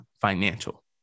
financial